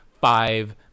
five